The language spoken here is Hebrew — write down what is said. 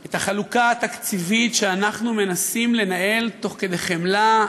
את החלוקה התקציבית שאנחנו מנסים לנהל תוך כדי חמלה,